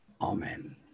Amen